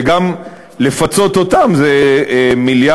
וגם לפצות אותם זה מיליארד,